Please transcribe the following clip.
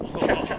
!wah!